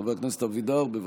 חבר הכנסת אבידר, בבקשה.